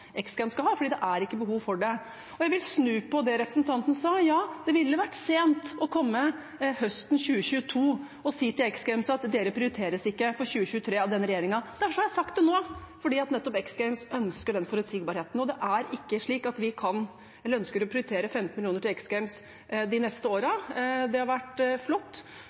skal ha, for det er ikke behov for det. Jeg vil snu på det representanten sa: Ja, det ville vært sent å komme høsten 2022 og si til X Games at dere prioriteres ikke for 2023 av denne regjeringen. Derfor har jeg sagt det nå, fordi X Games ønsker den forutsigbarheten, og det er ikke slik at vi ønsker å prioritere 15 mill. kr til X Games de neste årene. Det har vært flott